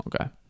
Okay